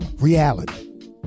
Reality